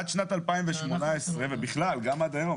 עד שנת 2018 ובכלל עד היום,